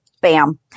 Bam